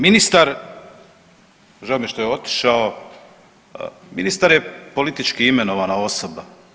Ministar, žao mi je što je otišao, ministar je politički imenovana osoba.